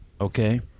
okay